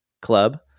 club